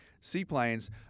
seaplanes